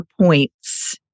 points